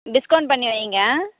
discount பண்ணி வைங்க